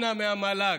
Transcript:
אנא המל"ג,